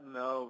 no